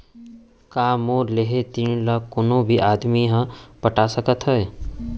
का मोर लेहे ऋण ला कोनो भी आदमी ह पटा सकथव हे?